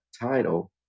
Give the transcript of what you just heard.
title